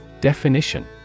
Definition